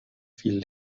fiel